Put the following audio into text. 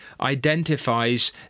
identifies